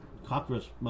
Cockroach